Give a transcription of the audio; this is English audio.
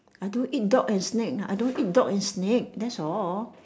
I don't eat dog and snake I don't eat dog and snake that's all